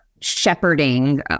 shepherding